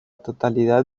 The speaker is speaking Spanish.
totalidad